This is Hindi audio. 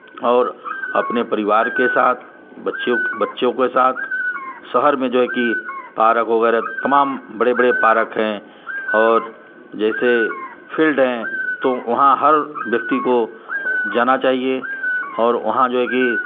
और अपने परिवार के साथ बच्चियों बच्चों के साथ शहर में जो है कि पारक वगैरह तमाम बड़े बड़े पारक हैं और जैसे फ़िल्ड हैं तो वहाँ हर व्यक्ति को जाना चाहिए और वहाँ जो है कि